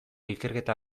ikerketa